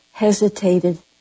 hesitated